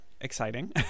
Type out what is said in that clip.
exciting